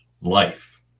life